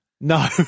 No